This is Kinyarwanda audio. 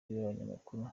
n’abanyamakuru